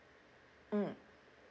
mm